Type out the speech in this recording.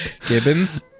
Gibbons